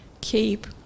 Keep